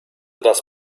das